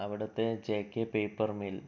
അവിടുത്തെ J K paper mill